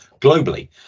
globally